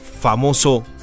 famoso